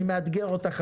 אני מאתגר אותך,